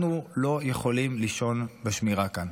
אנחנו לא יכולים לישון בשמירה כאן.